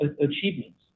achievements